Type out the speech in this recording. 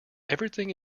everything